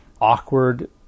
awkward